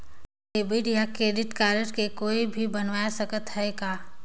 Debit या credit card के कोई भी बनवाय सकत है का?